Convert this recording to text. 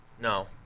no